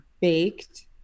baked